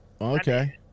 Okay